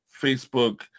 Facebook